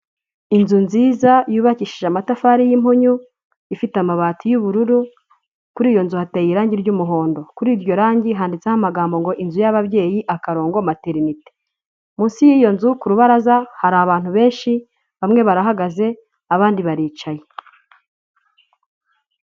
Inzu nziza yubakishije amatafari y'impunyu ifite amabati y'ubururu kuri iyo nzu hateye irangi ry'umuhondo kuri iryo ragi handitseho amagambo ngo inzu y'ababyeyi akarongo materinite munsi y'iyo nzu ku rubaraza hari abantu benshi bamwe barahagaze abandi baricaye.